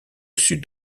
sud